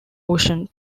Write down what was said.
ocean